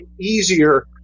easier